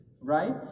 right